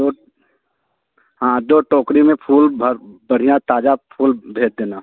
दो हाँ दो टोकरी में फूल भर बढ़िया ताज़ा फूल भेज देना